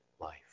life